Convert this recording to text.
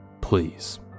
Please